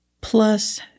Plus